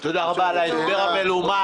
תודה רבה על ההסבר המלומד.